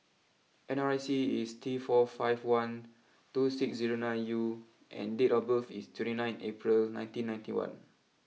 N R I C is T four five one two six zero nine U and date of birth is twenty nine April nineteen ninety one